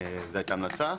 זו הייתה ההמלצה.